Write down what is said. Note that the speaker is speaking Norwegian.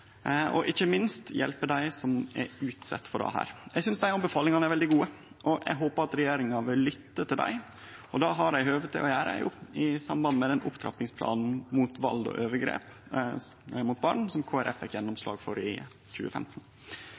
og ikkje minst for å hjelpe dei som er utsette for dette. Eg synest anbefalingane er veldig gode, og eg håpar at regjeringa vil lytte til dei. Det har dei høve til å gjere i samband med den opptrappingsplanen mot vald og overgrep mot barn som Kristeleg Folkeparti fekk gjennomslag for i 2015.